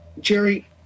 Jerry